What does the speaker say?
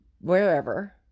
Wherever